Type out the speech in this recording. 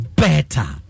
better